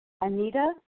Anita